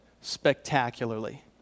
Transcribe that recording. spectacularly